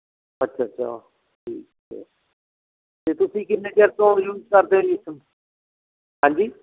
ਅੱਛਾ ਅੱਛਾ ਠੀਕ ਹੈ ਅਤੇ ਤੁਸੀਂ ਕਿੰਨੇ ਚਿਰ ਤੋਂ ਯੂਜ ਕਰਦੇ ਹੋ ਜੀ ਸ ਹਾਂਜੀ